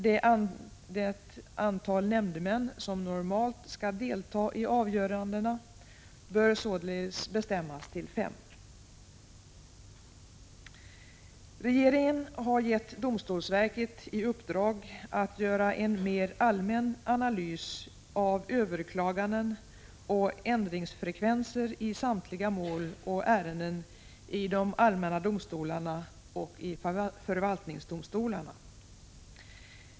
Det antal nämndemän som normalt skall delta i avgörandena bör således bestämmas till fem. Regeringen har gett domstolsverket i uppdrag att göra en mer allmän analys av överklaganden och ändringsfrekvenser i samtliga mål och ärenden i de allmänna domstolarna och i förvaltningsdomstolarna.